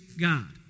God